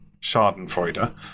Schadenfreude